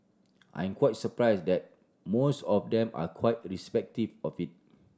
I'm quite surprised that most of them are quite respective of